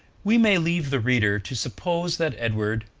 we may leave the reader to suppose that edward,